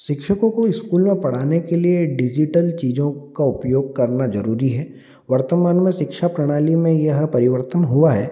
शिक्षकों को स्कूल में पढ़ाने के लिए डिजिटल चीज़ों का उपयोग करना जरूरी है वर्तमान में शिक्षा प्रणाली में यह परिवर्तन हुआ है